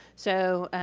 so